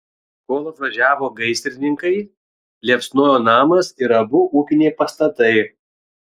kol atvažiavo gaisrininkai liepsnojo namas ir abu ūkiniai pastatai